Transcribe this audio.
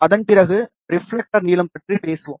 அதன் பிறகு ரிப்ஃலெக்டர் நீளம் பற்றி பேசுவோம்